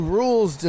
rules